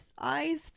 eyes